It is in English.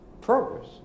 progress